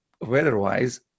weather-wise